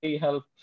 help